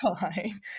fine